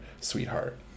Sweetheart